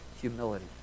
humility